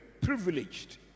privileged